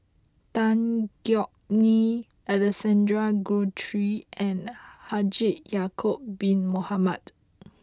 Tan Yeok Nee Alexander Guthrie and Haji Ya'Acob bin Mohamed